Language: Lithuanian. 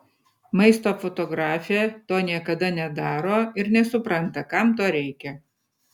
maisto fotografė to niekada nedaro ir nesupranta kam to reikia